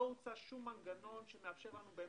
לא הוצע שום מנגנון שמאפשר לנו לפקח.